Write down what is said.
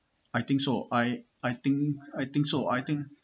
I think so I I think I think so I think